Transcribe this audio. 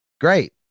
Great